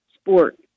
sport